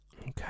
Okay